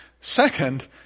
Second